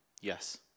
Yes